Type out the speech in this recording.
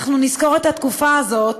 אנחנו נזכור את התקופה הזאת